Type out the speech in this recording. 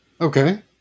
Okay